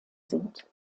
sind